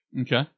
Okay